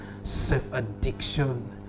self-addiction